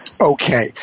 Okay